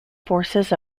forces